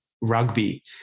rugby